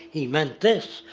he meant this.